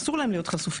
אסור להם להיות חשופים.